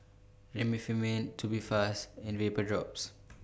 Remifemin Tubifast and Vapodrops